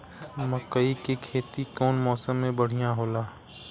मकई के खेती कउन मौसम में बढ़िया होला?